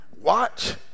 Watch